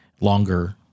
longer